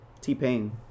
T-Pain